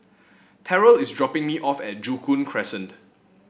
Terrell is dropping me off at Joo Koon Crescent